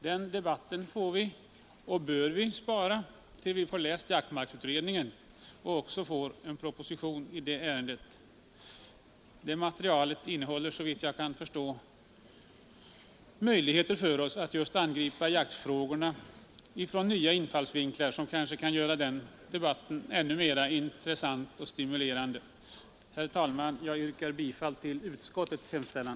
Den debatten kan och bör vi spara till dess vi har läst jaktmarksutredningens betänkande och även fått en proposition i ärendet. Såvitt jag förstår inger det materialet möjligheter för oss att angripa just jaktfrågorna från nya infallsvinklar, som kanske kan göra den debatten ännu mera intressant och stimulerande. Herr talman! Jag yrkar bifall till utskottets hemställan.